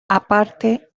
aparte